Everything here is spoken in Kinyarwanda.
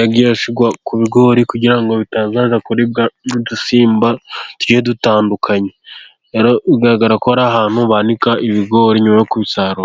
yagiye ashyirwa ku bigori kugira ngo bitazaribwa n'udusimba tugiye dutandukanye. Rero bigaragara ko ari ahantu banika ibigori nyuma yo kubisarura.